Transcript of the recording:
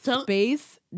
space